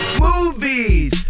Movies